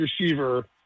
receiver